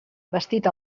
vestit